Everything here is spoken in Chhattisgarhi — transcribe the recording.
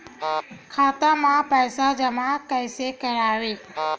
खाता म पईसा जमा कइसे करव?